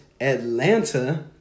Atlanta